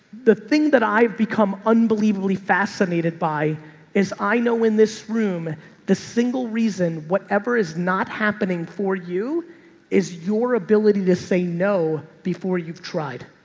the thing that i've become unbelievably fascinated by is i know in this room the single reason whatever is not happening for you is your ability to say no before you've tried.